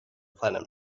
planet